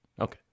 Okay